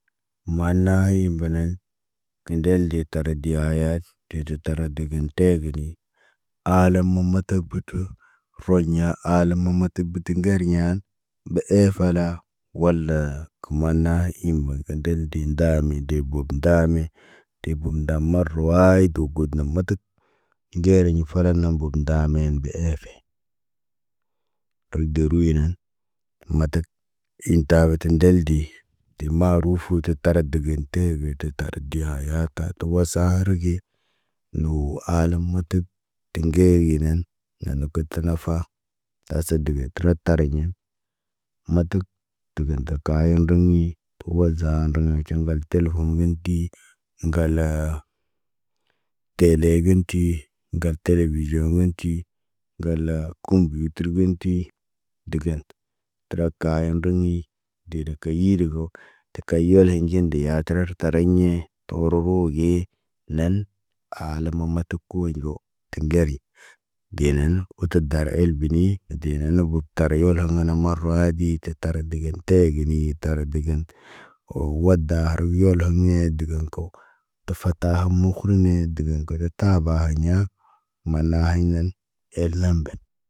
Maana hayin gəna, kindel de tardi ayes, te də tardə gə teebini. Aalum mumutak butu, roɲa ala mumutək bətə ŋgeriɲen. Mbe eefala, wala, kumana ima, kə ndel de ndaame debob ndame. Te bum ndam marawaayit wo got na matak. Iŋgeri ɲi falanam bob ndamen be eefe. Kəl deruyinan, matak, in taba ti ndeldi. De marufu tə tarad degen, teebe te tarit de hayata, tə wasa haru ge. Nuu ala mətək, tiŋgeri yenen, ŋgan nə kata nafa, tasat dəgən tərət tariɲen. Matək, təgən ta kaya rəŋg ɲi. Təruwa zaa raŋgəŋ caŋgal telefoŋgən tii. Ŋgal, tele gən ti, ŋgal televiziɲõ ŋgən ti, ŋgal kumbuyitir ŋgən ti, dəgən tərak kayen rəŋg ɲi. Dee də kayii də go, tə kayil hin nɟin de ya tərər tariɲe, tə horgo ge neen. Aalam mamata koonɟo, tə ŋgeri, denen no, oto gar elbeni, de non nobo, tar yoloŋgh hana marawaayit diita tan tar degen teegini, tar digen. Wo wada harwiyol hoɲe dəgan ko. Tafarta hamokulune dəgən taaba hi ɲa. Maana hay nan, el nen ben.